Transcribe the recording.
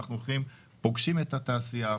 כשאנחנו פוגשים את התעשייה,